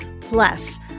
Plus